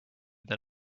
than